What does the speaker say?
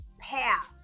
path